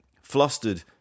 Flustered